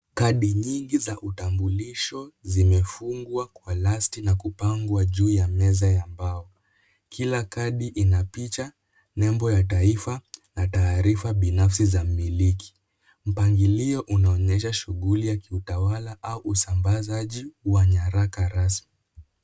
Kandi nyingi za utambulisho zimefungwa Kwa elasti na kupanga juu ya meza ya mbao, kila kandi inapicha Nebo ya taifa na taarifa binafsi za mumiliki, mupangilio unaonyesha shughuli ya kiutawala au usambazaji wa nyaraka rasmi.